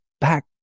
back